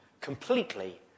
completely